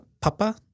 papa